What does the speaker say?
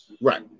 right